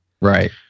Right